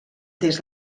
des